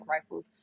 rifles